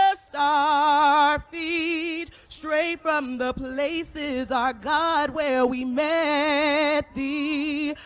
lest ah our feet stray from the places, our god, where we met thee,